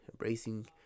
embracing